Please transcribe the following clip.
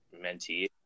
mentee